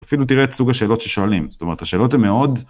אפילו תראה את סוג השאלות ששואלים, זאת אומרת, השאלות הן מאוד